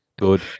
Good